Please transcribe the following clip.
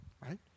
right